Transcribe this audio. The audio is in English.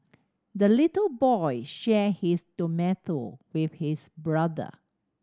the little boy shared his tomato with his brother